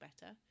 better